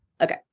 Okay